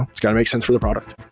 it's got to make sense for the product